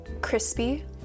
Crispy